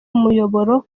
umuyoboro